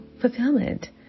fulfillment